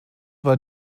war